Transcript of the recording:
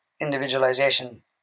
individualization